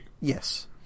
Yes